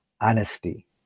honesty